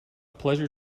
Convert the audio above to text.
pleasure